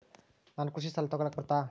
ನಾನು ಕೃಷಿ ಸಾಲ ತಗಳಕ ಬರುತ್ತಾ?